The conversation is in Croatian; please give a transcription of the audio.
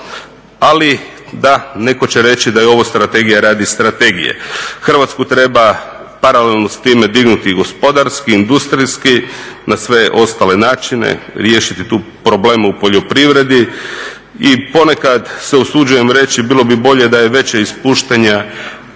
ali da, netko će reći da je ovo strategija radi strategije. Hrvatsku treba paralelno s time dignuti gospodarski, industrijski, na sve ostale načine, riješiti probleme u poljoprivredi i ponekad se usuđujem reći, bilo bi bolje da je većih ispuštanja